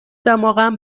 دماغم